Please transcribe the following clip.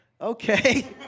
Okay